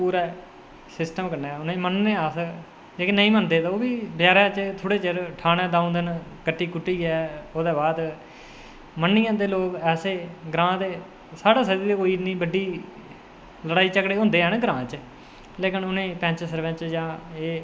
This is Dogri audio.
पूरा सिस्टम कन्नै उनेंगी मन्ने आं अस लेकिन नेईं मनदे ओह्बी बेचारे ठाणे च दंऊ दिन कट्टियै ओह्दे बाद मन्नी जंदे लोग ग्रांऽ दे ऐसे साढ़े समझो कोई इन्नी बड्डी लड़ाई झगड़े होंदे हैन ग्रांऽ च लेकिन उनेंगी पैंच सरपैंच जां एह्